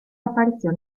apparizione